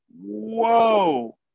whoa